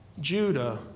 Judah